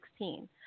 2016